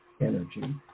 energy